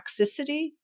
toxicity